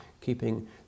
keeping